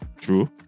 True